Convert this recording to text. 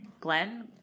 glenn